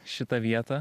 šitą vietą